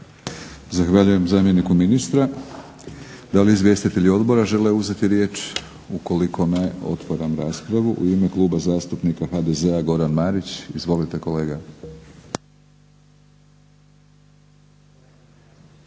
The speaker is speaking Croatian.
Zahvaljujem zamjeniku ministra. Da li izvjestitelji odbora žele uzeti riječ? Ukoliko ne otvaram raspravu. U ime Kluba zastupnika HDZ-a Goran Marić. Izvolite kolega.